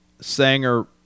Sanger